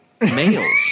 males